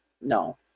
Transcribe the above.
no